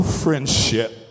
friendship